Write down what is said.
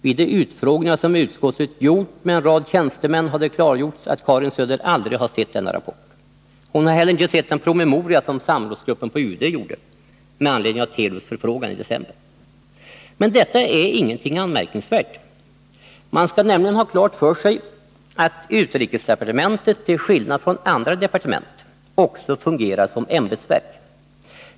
Vid de utfrågningar som utskottet gjort med en rad tjänstemän har det klargjorts att Karin Söder aldrig har sett denna rapport. Hon har heller inte sett den promemoria som samrådsgruppen på UD upprättade med anledning av Telubs förfrågan i december. Men detta är ingenting anmärkningsvärt. Man skall nämligen ha klart för sig att utrikesdepartementet, till skillnad från andra departement, också fungerar som ämbetsverk.